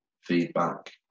feedback